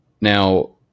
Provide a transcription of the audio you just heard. now